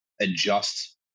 adjust